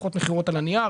פחות מכירות על הנייר,